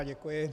Děkuji.